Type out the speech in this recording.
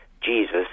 Jesus